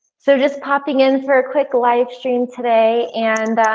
so just popping in for a quick live stream today. and